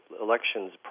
elections